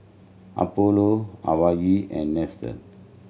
Apollo Huawei and Nestle